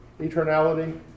eternality